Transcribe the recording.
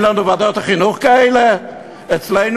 אין לנו ועדות חינוך כאלה אצלנו?